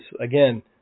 again